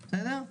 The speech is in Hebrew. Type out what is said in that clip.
בסדר.